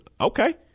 okay